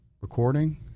Recording